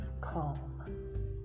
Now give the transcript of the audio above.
calm